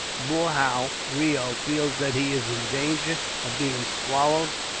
boorhau reo feels that he is in danger of being swallowed,